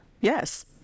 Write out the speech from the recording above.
Yes